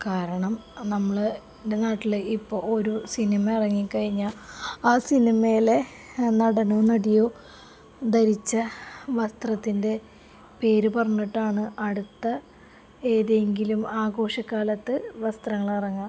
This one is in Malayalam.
കാരണം നമ്മള് എന്റെ നാട്ടില് ഇപ്പോളൊരു സിനിമ ഇറങ്ങിക്കഴിഞ്ഞാല് ആ സിനിമയിലെ നടനോ നടിയോ ധരിച്ച വസ്ത്രത്തിൻ്റെ പേര് പറഞ്ഞിട്ടാണ് അടുത്ത ഏതെങ്കിലും ആഘോഷകാലത്ത് വസ്ത്രങ്ങളിറങ്ങുക